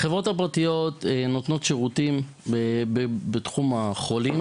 החברות הפרטיות נותנות שירותים בתחום החולים